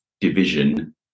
division